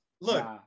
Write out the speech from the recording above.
Look